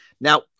Now